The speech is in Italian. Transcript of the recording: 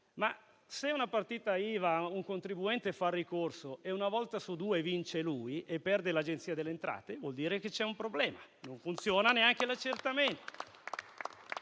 Ma se una partita IVA, se un contribuente fa ricorso, e una volta su due vince lui e perde l'Agenzia delle entrate, vuol dire che c'è un problema, che non funziona neanche l'accertamento.